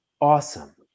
awesome